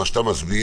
מה שאתה מסביר,